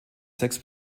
sechs